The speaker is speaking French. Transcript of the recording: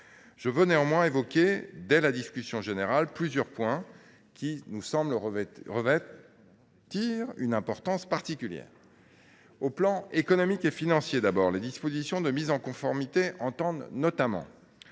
Je veux néanmoins évoquer dès la discussion générale plusieurs points qui nous semblent revêtir une importance particulière. Sur les plans économiques et financiers d’abord, les dispositions de mise en conformité visent notamment